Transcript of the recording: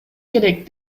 керек